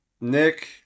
Nick